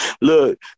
Look